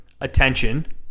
attention